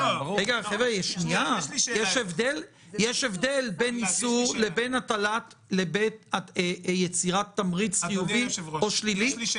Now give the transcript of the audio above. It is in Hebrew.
יש הבדל בין איסור לבין יצירת תמריץ חיובי או שלילי,